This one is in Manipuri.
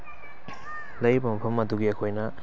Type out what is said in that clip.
ꯂꯩꯔꯤꯕ ꯃꯐꯝ ꯑꯗꯨꯒꯤ ꯑꯩꯈꯣꯏꯅ